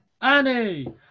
Annie